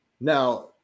Now